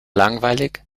langweilig